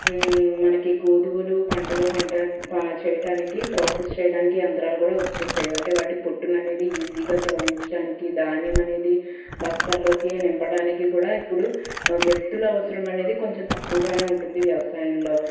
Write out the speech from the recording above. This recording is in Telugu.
మనకి గోదుమలు పంటలు పండే చేయటానికి ప్రోసెస్ చేయటానికి యంత్రాలు కూడా వచ్చేశాయ్ అంటే వాటికి పొట్టనేది ఈజీగా తొలగించటానికి ధాన్యమనేది బస్తాల్లోకి నింపడమనేది కూడా ఇప్పుడు వ్యక్తులవసరమనేది కొంచెం తక్కువగానే ఉంటుంది వ్యవసాయంలో